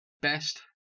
best